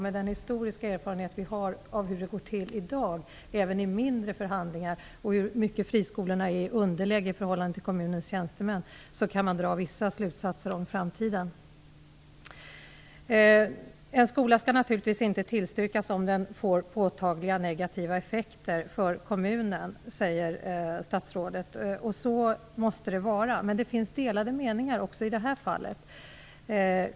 Med den historiska erfarenhet vi har av hur det går till i dag även i mindre förhandlingar och hur mycket friskolorna är i underläge i förhållande till kommunens tjänstemän kan man dra vissa slutsatser om framtiden. En skola skall naturligtvis inte tillstyrkas om den får påtagliga negativa effekter för kommunen, säger statsrådet. Så måste det vara. Men det finns delade meningar också i det här fallet.